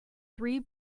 three